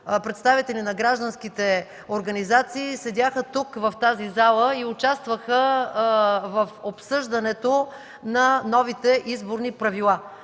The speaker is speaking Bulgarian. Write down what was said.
представители на гражданските организации седяха тук, в тази зала, и участваха в обсъждането на новите изборни правила.